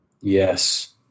Yes